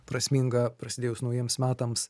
prasminga prasidėjus naujiems metams